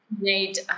Need